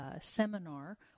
seminar